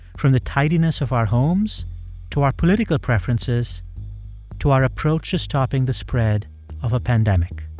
from the tidiness of our homes to our political preferences to our approach to stopping the spread of a pandemic